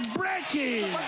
breaking